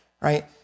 right